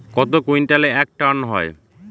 কত কুইন্টালে এক টন হয়?